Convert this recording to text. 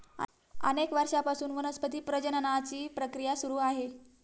अनेक वर्षांपासून वनस्पती प्रजननाची प्रक्रिया सुरू आहे